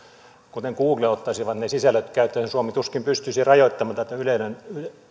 kuten google ottaisivat ne sisällöt käyttöön suomi tuskin pystyisi rajoittamaan tätä